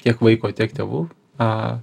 tiek vaiko tiek tėvų aaa